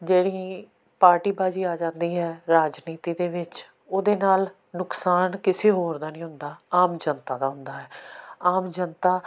ਜਿਹੜੀ ਪਾਰਟੀਬਾਜ਼ੀ ਆ ਜਾਂਦੀ ਹੈ ਰਾਜਨੀਤੀ ਦੇ ਵਿੱਚ ਉਹਦੇ ਨਾਲ ਨੁਕਸਾਨ ਕਿਸੇ ਹੋਰ ਦਾ ਨਹੀਂ ਹੁੰਦਾ ਆਮ ਜਨਤਾ ਦਾ ਹੁੰਦਾ ਹੈ ਆਮ ਜਨਤਾ